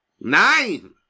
Nine